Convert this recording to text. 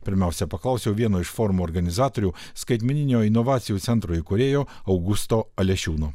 pirmiausia paklausiau vieno iš forumo organizatorių skaitmeninių inovacijų centro įkūrėjo augusto alešiūno